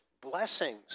blessings